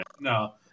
No